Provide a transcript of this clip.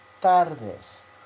Tardes